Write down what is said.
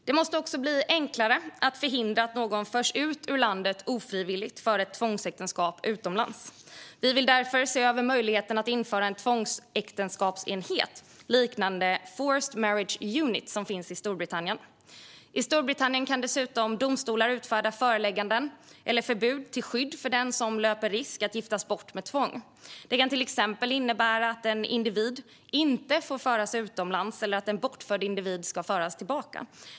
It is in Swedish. Det måste också bli enklare att förhindra att någon förs ut ur landet ofrivilligt för tvångsäktenskap utomlands. Vi vill därför se över möjligheten att införa en tvångsäktenskapsenhet liknande Forced Marriage Unit i Storbritannien. I Storbritannien kan dessutom domstolar utfärda förelägganden eller förbud till skydd för den som löper risk att giftas bort med tvång. Det kan till exempel innebära att en individ inte får föras utomlands eller att en bortförd individ ska föras tillbaka.